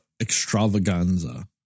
extravaganza